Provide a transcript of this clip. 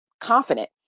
confident